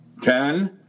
ten